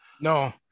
No